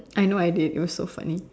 I know I did it was so funny